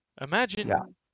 Imagine